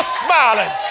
smiling